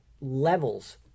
levels